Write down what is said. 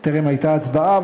טרם הייתה הצבעה,